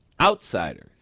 outsiders